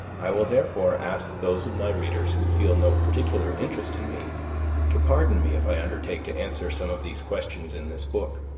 i will therefore ask those of my readers who feel no particular interest in me to pardon me if i undertake to answer some of these questions in this book.